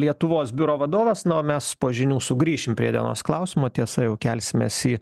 lietuvos biuro vadovas na o mes po žinių sugrįšim prie dienos klausimo tiesa jau kelsimės į